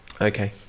Okay